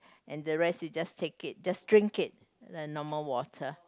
and the rest they just take it just drink it the normal water